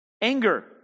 Anger